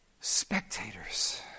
spectators